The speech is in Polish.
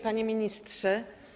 Panie Ministrze!